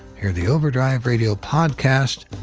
hear the overdrive radio podcast,